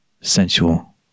sensual